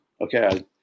Okay